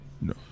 No